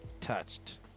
touched